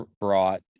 brought